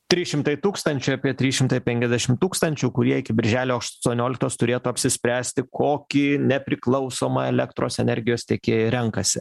trys šimtai tūkstančių apie trys šimtai penkiasdešim tūkstančių kurie iki birželio aštuonioliktos turėtų apsispręsti kokį nepriklausomą elektros energijos tiekėją renkasi